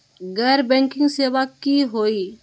गैर बैंकिंग सेवा की होई?